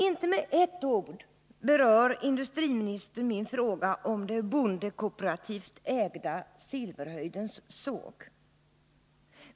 Inte med ett ord berör industriministern min fråga om det bondekooperativt ägda Silverhöjdens såg.